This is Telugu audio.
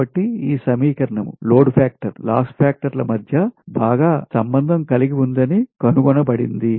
కాబట్టి ఈ సమీకరణంలోడ్ ఫాక్టర్ లాస్ ఫాక్టర్ ల మధ్య బాగా సంబంధం కలిగి ఉందని కనుగొనబడింది